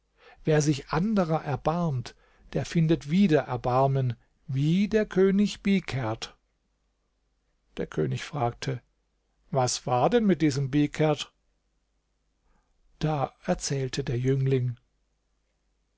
wer sich anderer erbarmt der findet wieder erbarmen wie der könig bihkerd der könig fragte was war denn mit diesem bihkerd da erzählte der jüngling